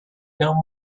know